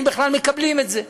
אם בכלל מקבלים את זה.